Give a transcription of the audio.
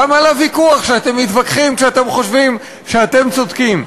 גם על הוויכוח שאתם מתווכחים כשאתם חושבים שאתם צודקים.